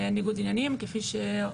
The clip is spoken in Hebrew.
ניגוד עניינים, כפי שעורך דין אלעד אמר.